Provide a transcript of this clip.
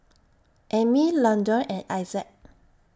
Ammie Londyn and Issac